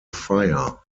fire